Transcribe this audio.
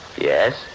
Yes